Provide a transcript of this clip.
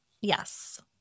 yes